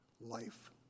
life